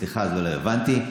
סליחה, אולי לא הבנתי.